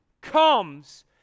comes